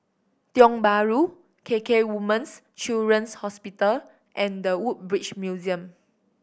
Tiong Bahru K K Women's Children's Hospital and The Woodbridge Museum